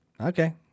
Okay